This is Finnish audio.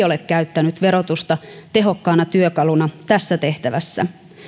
ole käyttänyt verotusta tehokkaana työkaluna tässä tehtävässä